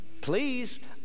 please